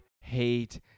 hate